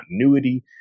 continuity